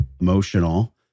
emotional